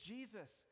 Jesus